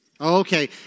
Okay